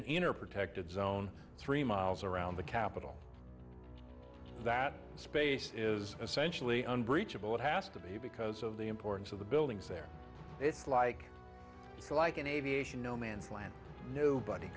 in protected zone three miles around the capital that space is essentially unbreachable it has to be because of the importance of the buildings there it's like it's like an aviation no man's land nobody